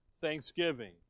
thanksgiving